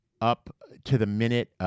up-to-the-minute